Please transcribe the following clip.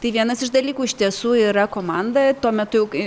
tai vienas iš dalykų iš tiesų yra komanda tuo metu jau kai